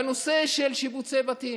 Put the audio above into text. בנושא של שיפוצי בתים.